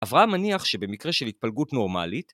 ‫אברהם מניח שבמקרה ‫של התפלגות נורמלית...